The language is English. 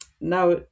now